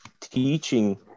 teaching